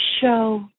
show